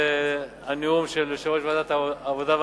לנאום של יושב-ראש ועדת העבודה,